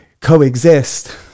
coexist